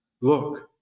look